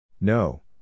No